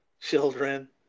Children